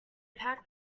packed